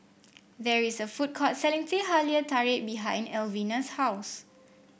there is a food court selling Teh Halia Tarik behind Alvina's house